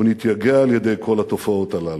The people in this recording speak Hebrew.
הוא נתייגע על-ידי כל התופעות הללו,